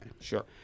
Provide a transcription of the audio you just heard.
Sure